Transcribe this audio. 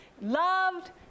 loved